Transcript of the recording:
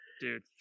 Dude